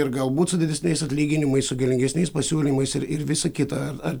ir galbūt su didesniais atlyginimais su galingesniais pasiūlymais ir ir visa kita ar ar